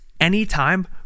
anytime